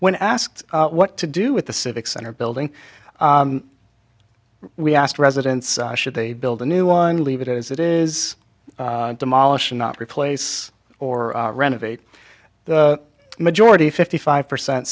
when asked what to do with the civic center building we asked residents should they build a new one leave it as it is demolish not replace or renovate the majority fifty five percent